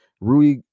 Rui